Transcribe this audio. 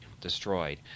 destroyed